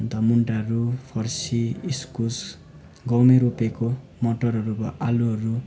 अन्त मुन्टाहरू फर्सी इस्कुस गाउँमै रोपेको मटरहरू भयो आलुहरू